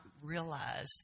realize